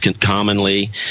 commonly